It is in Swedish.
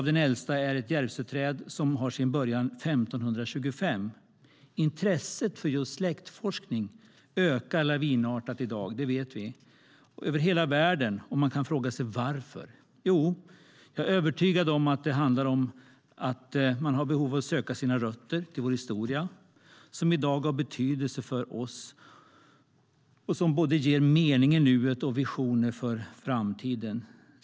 Det äldsta är ett Järvsöträd som har sin början 1525. Intresset för just släktforskning ökar i dag lavinartat, över hela världen. Det vet vi, men man kan fråga sig varför. Jo, jag är övertygad om att det handlar om ett behov av att söka sina rötter och vår historia, som i dag har betydelse för oss och ger såväl mening i nuet som visioner för framtiden.